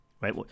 right